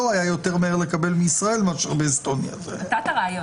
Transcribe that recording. לא הטלנו את זה עליכם.